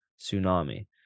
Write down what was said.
tsunami